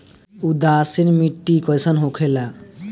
उदासीन मिट्टी कईसन होखेला?